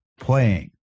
playing